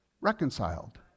Reconciled